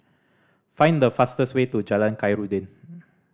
find the fastest way to Jalan Khairuddin